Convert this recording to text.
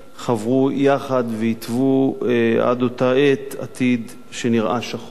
חברו יחד והתוו עד אותה העת עתיד שנראה לנו שחור.